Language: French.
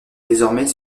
désormais